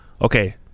Okay